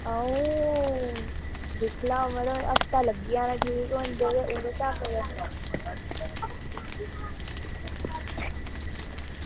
आं दिक्खी लैओ मड़ो हफ्ता लग्गी जाना ठीक होंदे ते ओह्दे स्हाबै